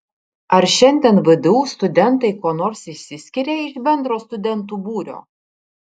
ar šiandien vdu studentai kuo nors išsiskiria iš bendro studentų būrio